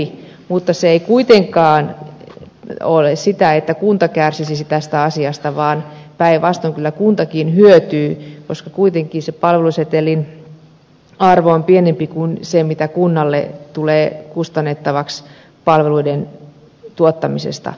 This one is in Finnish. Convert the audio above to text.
mutta se ei kuitenkaan ole sitä että kunta kärsisi tästä asiasta vaan päinvastoin kyllä kuntakin hyötyy koska kuitenkin se palvelusetelin arvo on pienempi kuin se mitä kunnalle tulee kustannettavaksi palveluiden tuottamisesta